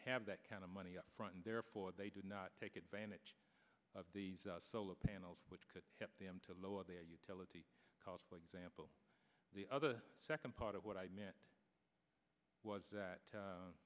have that kind of money upfront and therefore they do not take advantage of these solar panels which could help them to lower their utility costs like example the other second part of what i meant was that